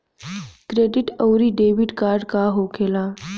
Credit आउरी debit card का होखेला?